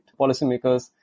policymakers